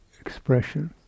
expression